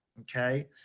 Okay